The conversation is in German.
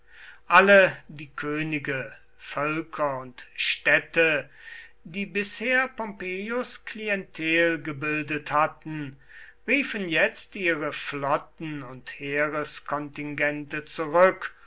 alle die könige völker und städte die bisher pompeius klientel gebildet hatten riefen jetzt ihre flotten und heereskontingente zurück